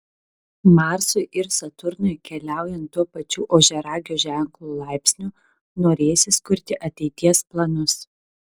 marsui ir saturnui keliaujant tuo pačiu ožiaragio ženklo laipsniu norėsis kurti ateities planus